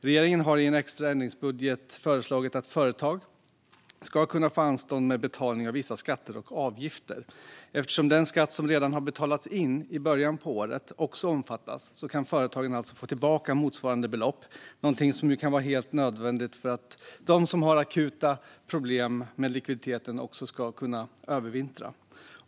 Regeringen har i en extra ändringsbudget föreslagit att företag ska kunna få anstånd med betalning av vissa skatter och avgifter. Eftersom den skatt som redan har betalats in i början av året också omfattas kan företagen alltså få tillbaka motsvarande belopp, något som kan vara helt nödvändigt för att de som har akuta problem med likviditeten ska kunna övervintra.